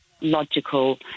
logical